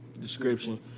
description